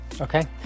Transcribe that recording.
okay